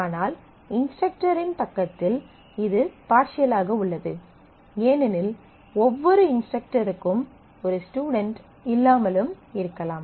ஆனால் இன்ஸ்ட்ரக்டரின் பக்கத்தில் இது பார்சியலாக உள்ளது ஏனெனில் ஒவ்வொரு இன்ஸ்ட்ரக்டருக்கும் ஒரு ஸ்டுடென்ட் இல்லாமலும் இருக்கலாம்